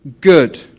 good